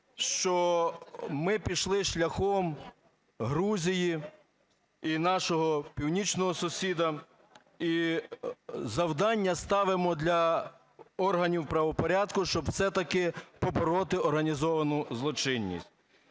що ми пішли шляхом Грузії і нашого північного сусіда, і завдання ставимо для органів правопорядку, щоб все-таки побороти організовану злочинність.